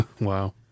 Wow